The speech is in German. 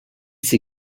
sie